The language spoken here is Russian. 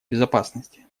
безопасности